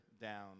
down